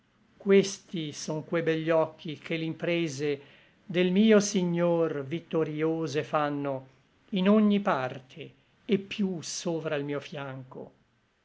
questi son que begli occhi che l'imprese del mio signor victorïose fanno in ogni parte et piú sovra l mio fianco